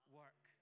work